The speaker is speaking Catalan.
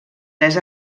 tres